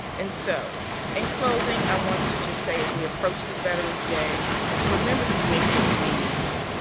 and so in closing, i want to just say as we approach this veterans day to remember to make it meaningful.